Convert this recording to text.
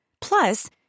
Plus